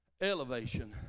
elevation